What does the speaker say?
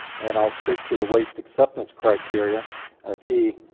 and i'll speak to the waste acceptance criteria, a key